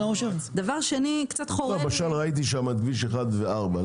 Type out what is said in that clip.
ראיתי שם את כביש 1 ו-4.